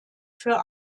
für